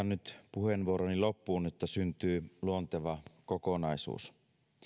nyt puheenvuoroni loppuun että syntyy luonteva kokonaisuus